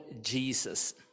jesus